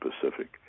Pacific